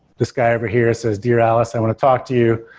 this guy over here says, dear alice, i want to talk to you.